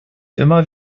immer